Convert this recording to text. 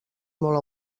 molt